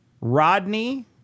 Rodney